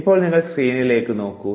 ഇപ്പോൾ നിങ്ങളുടെ സ്ക്രീനിലേക്ക് നോക്കൂ